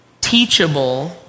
teachable